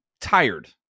tired